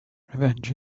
revenge